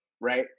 right